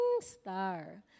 star